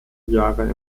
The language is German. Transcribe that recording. jahre